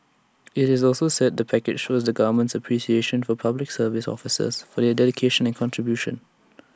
IT also said the package shows the government's appreciation of Public Service officers for their dedication and contribution